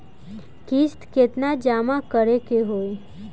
किस्त केतना जमा करे के होई?